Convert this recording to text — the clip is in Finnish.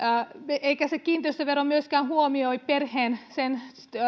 eikä se kiinteistövero myöskään huomioi perheen sen